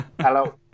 Hello